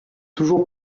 toujours